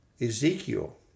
Ezekiel